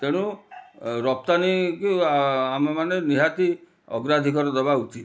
ତେଣୁ ରପ୍ତାନୀ କି ଆମେମାନେ ନିହାତି ଅଗ୍ରାଧିକର ଦେବା ଉଚିତ୍